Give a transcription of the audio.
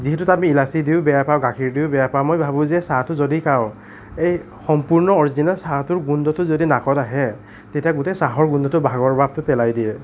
যিহেতু তাত ইলাছি দিও বেয়া পাওঁ গাখীৰ দিও বেয়া পাওঁ মই ভাবোঁ যে চাহটো যদি খাওঁ এই সম্পূৰ্ণ অৰিজিনেল চাহটোৰ গোন্ধটো যদি নাকত আহে তেতিয়া গোটেই চাহৰ গোন্ধটোৱে ভাগৰ ভাবটো পেলাই দিয়ে